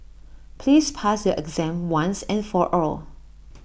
please pass your exam once and for all